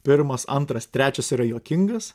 pirmas antras trečias yra juokingas